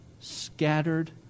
scattered